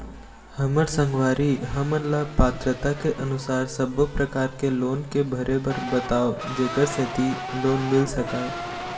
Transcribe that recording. हमर संगवारी हमन ला पात्रता के अनुसार सब्बो प्रकार के लोन के भरे बर बताव जेकर सेंथी लोन मिल सकाए?